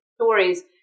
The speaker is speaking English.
stories